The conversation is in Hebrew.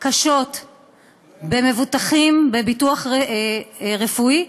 קשות במבוטחים בביטוח רפואי,